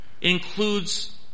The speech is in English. includes